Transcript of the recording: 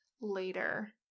later